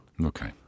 Okay